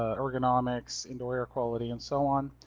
ah ergonomics, indoor air quality, and so on.